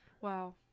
wow